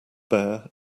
bare